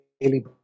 daily